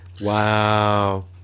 wow